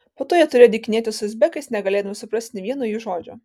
po to jie turėjo dykinėti su uzbekais negalėdami suprasti nė vieno jų žodžio